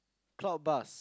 clock bust